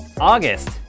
August